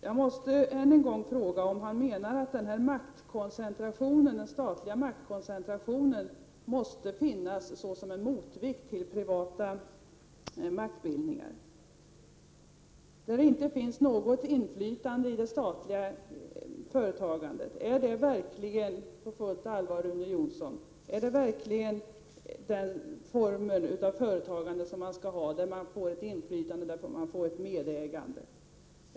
Jag måste än en gång fråga om Rune Jonsson menar att den statliga maktkoncentrationen måste finnas såsom en motvikt till privata maktbildningar. När det inte finns något inflytande i det statliga företagandet, är det verkligen den formen av företagande som man skall ha, där man får ett inflytande därför att man får ett delägande?